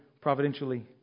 providentially